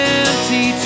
empty